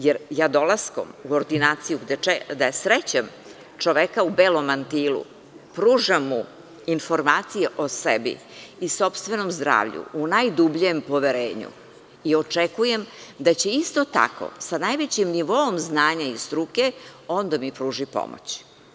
Jer, dolaskom u ordinaciju gde srećem čoveka u belom mantilu, ja mu pružam informacije o sebi i sopstvenom zdravlju, u najdubljem uverenju, i očekujem da će isto tako, sa najvećim nivoom znanja i struke, on da mi pruži pomoć.